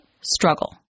Struggle